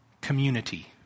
community